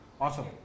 Awesome